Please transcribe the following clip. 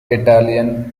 italian